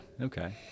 Okay